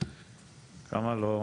אנחנו